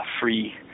free